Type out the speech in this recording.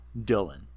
Dylan